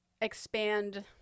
expand